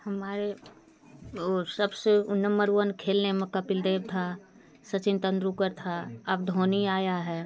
हमारे और सब से नंबर वन खेलने में कपिल देव था सचिन तेंदुलकर था अब धोनी आया है